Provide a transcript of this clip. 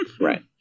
Right